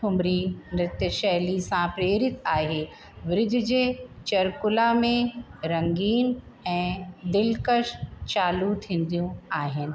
ठुमरी नृत शैली सां प्रेरित आहे वृज जे चरकुला में रंगीन ऐं दिलकश शालूं थींदियूं आहिनि